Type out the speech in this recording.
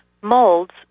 molds